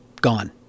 gone